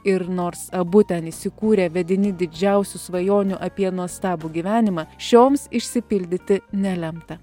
ir nors abu ten įsikūrė vedini didžiausių svajonių apie nuostabų gyvenimą šioms išsipildyti nelemta